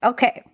Okay